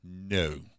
No